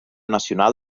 nacional